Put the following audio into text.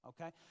okay